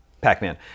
Pac-Man